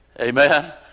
Amen